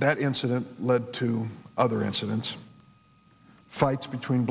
that incident led to other incidents fights between